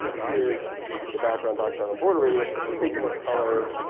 um here's the background box shot on boarder radius. but it's taking this color,